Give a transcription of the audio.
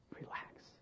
Relax